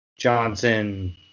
Johnson